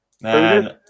man